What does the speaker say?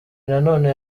nanone